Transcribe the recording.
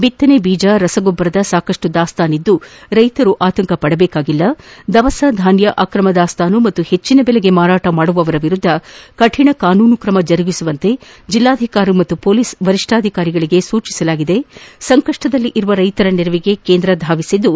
ಬಿತ್ತನೆ ಬೀಜ ರಸಗೊಬ್ಬರದ ಸಾಕಷ್ಟು ದಾಸ್ತಾನು ಇದ್ದು ರೈತರು ಆತಂಕ ಪಡಬೇಕಿಲ್ಲ ದವಸ ಧಾನ್ಯ ಆಕ್ರಮ ದಾಸ್ತಾನು ಹಾಗೂ ಹೆಟ್ಟಿನ ಬೆಲೆಗೆ ಮಾರಾಟ ಮಾಡುವವರ ವಿರುದ್ದ ಕಠಿಣ ಕಾನೂನು ಕ್ರಮ ಜರುಗಿಸುವಂತೆ ಜಿಲ್ಲಾಧಿಕಾರಿ ಹಾಗೂ ಮೋಲೀಸ್ ವರಿಷ್ಣಾಧಿಕಾರಿಗಳಿಗೆ ಸೂಚಿಸಲಾಗಿದೆ ಸಂಕಷ್ಷದಲ್ಲಿರುವ ರೈತರ ನೆರವಿಗೆ ಕೇಂದ್ರ ಧಾವಿಸಿದ್ದು